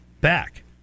back